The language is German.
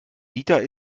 dieter